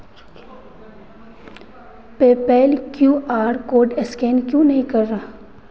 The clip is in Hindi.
PayPal Q R code scan क्यों नहीं कर रहा है